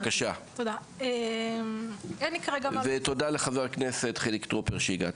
בבקשה, ותודה לחבר הכנסת חילי טרופר שהגעת.